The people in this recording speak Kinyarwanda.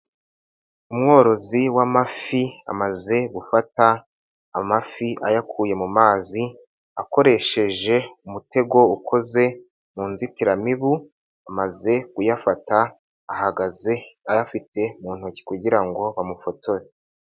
Umworozi w'amafi amaze gufata amafi ayakuye mu mazi, akoresheje umutego ukoze mu nzitiramibu, amaze kuyafata ahagaze ayafite mu ntoki kugira ngo bamufotore.